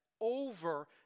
over